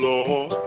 Lord